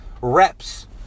reps